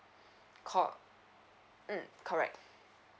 caught mm correct